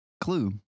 Clue